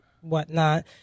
whatnot